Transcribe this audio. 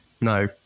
No